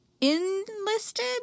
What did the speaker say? enlisted